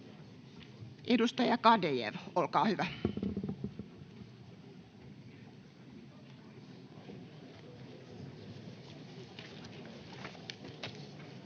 Edustaja Garedew, olkaa hyvä. [Speech